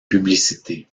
publicités